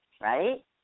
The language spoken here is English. Right